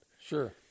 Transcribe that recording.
Sure